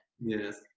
Yes